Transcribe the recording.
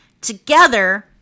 Together